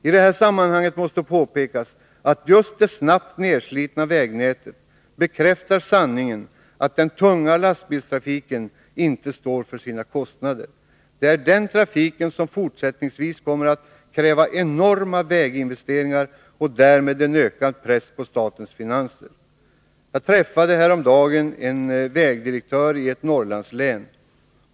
I detta sammanhang måste framhållas att just den snabba nedslitningen av vägnätet bekräftar sanningen i påståendet att den tunga lastbilstrafiken inte står för sina kostnader. Det är den trafiken som fortsättningsvis kommer att kräva enorma väginvesteringar och därmed en ökad press på statens finanser. Jag träffade häromdagen en vägdirektör i ett Norrlandslän.